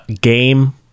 game